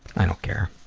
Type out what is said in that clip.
i don't care.